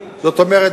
זאת אומרת,